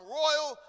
royal